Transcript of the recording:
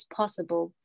possible